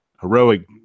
heroic